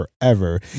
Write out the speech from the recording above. forever